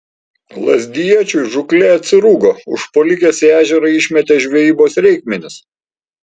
lazdijiečiui žūklė atsirūgo užpuolikės į ežerą išmetė žvejybos reikmenis